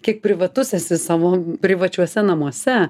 kiek privatus esi savo privačiuose namuose